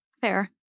Fair